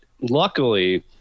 luckily